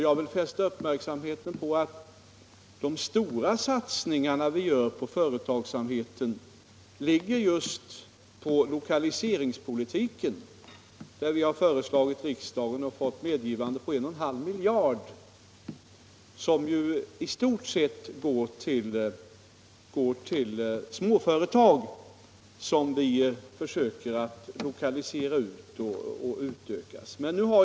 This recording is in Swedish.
Jag vill fästa uppmärksamheten på att de stora satsningar som görs på företagsamheten gäller just lokaliseringspolitiken. : Vi har föreslagit och riksdagen har medgivit ett anslag på 11/2 miljard. Detta belopp går i stort sett till småföretag som vi nu försöker att lokalisera ut och utveckla.